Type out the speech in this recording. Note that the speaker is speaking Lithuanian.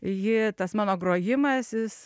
ji tas mano grojimas jis